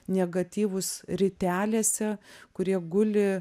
negatyvus ritelėse kurie guli